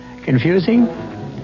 Confusing